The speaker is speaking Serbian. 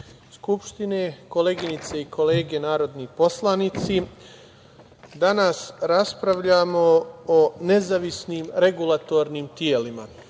Skupštine, koleginice i kolege narodni poslanici, danas raspravljamo o nezavisnim regulatornim telima.